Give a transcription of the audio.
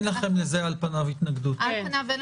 על פניו אין